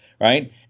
right